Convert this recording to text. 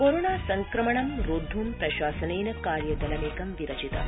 corona संक्रमणं रोद्धुं प्रशासनेन कार्यदलेमकं विरचितम्